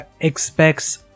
expects